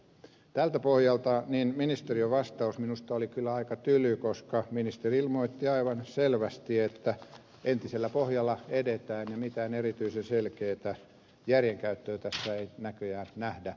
tältä pohjalta ministeriön vastaus minusta oli kyllä aika tyly koska ministeri ilmoitti aivan selvästi että entisellä pohjalla edetään ja mitään erityisen selkeätä järjenkäyttöä tässä ei näköjään nähdä